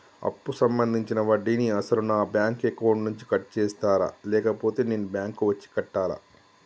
అప్పు సంబంధించిన వడ్డీని అసలు నా బ్యాంక్ అకౌంట్ నుంచి కట్ చేస్తారా లేకపోతే నేను బ్యాంకు వచ్చి కట్టాలా?